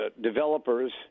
developers